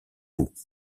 vous